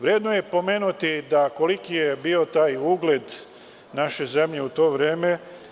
Vredno je pomenuti koliki je bio ugled naše zemlje u to vreme.